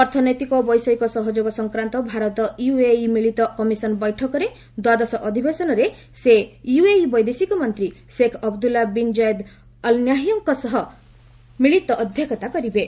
ଅର୍ଥନୈତିକ ଓ ବୈଷୟିକ ସହଯୋଗ ସଂକ୍ରାନ୍ତ ଭାରତ ୟୁଏଇ ମିଳିତ କମିଶନ ବୈଠକର ଦ୍ୱାଦଶ ଅଧିବେଶନରେ ସେ ୟୁଏଇ ବୈଦେଶିକ ମନ୍ତ୍ରୀ Sheikh Abdullah bin Zayed Al Nahyan ଙ୍କ ସହିତ ମିଳିତ ଅଧ୍ୟକ୍ଷତା କରିବେ